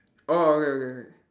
orh okay okay okay